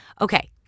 Okay